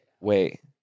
wait